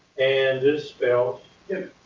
and this spelled yeah